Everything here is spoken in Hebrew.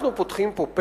אנחנו פותחים כאן פתח,